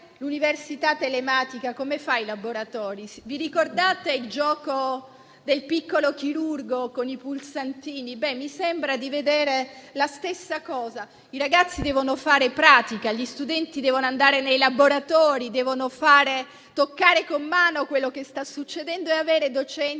pratica, ad esempio, nei laboratori? Ricordate il gioco del piccolo chirurgo con i pulsantini? Ecco, mi sembra di vedere la stessa cosa. I ragazzi devono fare pratica, gli studenti devono andare nei laboratori, devono fare e toccare con mano quello che sta succedendo e avere docenti